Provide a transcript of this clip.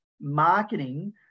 marketing